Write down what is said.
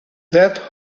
that